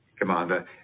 Commander